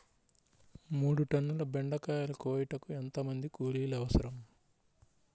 మూడు టన్నుల బెండకాయలు కోయుటకు ఎంత మంది కూలీలు అవసరం?